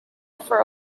for